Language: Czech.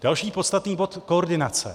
Další podstatný bod koordinace.